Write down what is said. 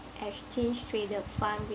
exchange traded fund